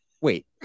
wait